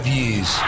years